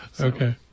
Okay